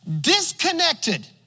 disconnected